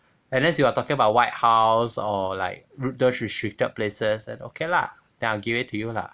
unless you are talking about white house or like reuters restricted places then okay lah then I'll give it to you lah